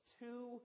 two